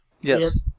Yes